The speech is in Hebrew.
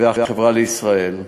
ו"החברה לישראל".